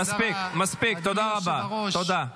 מה שחשוב עכשיו זה הכבוד לערוץ 14. תודה לאל,